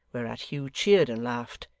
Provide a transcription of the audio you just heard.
whereat hugh cheered and laughed,